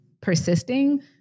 persisting